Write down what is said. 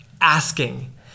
asking